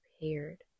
prepared